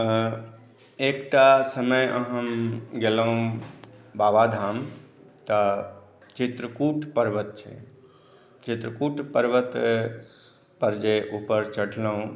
एकटा समय हम गेलहुॅं बाबाधाम तऽ चित्रकूट पर्वत छै चित्रकूट पर्वत पर जे ऊपर चढ़लहुॅं